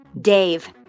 Dave